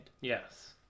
Yes